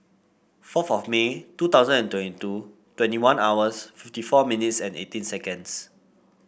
fourth of May two thousand and twenty two twenty one hours fifty four munites and eighteen seconds